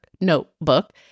notebook